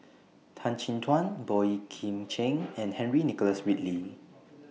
Tan Chin Tuan Boey Kim Cheng and Henry Nicholas Ridley